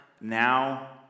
now